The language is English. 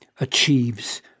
achieves